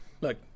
Look